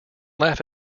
laugh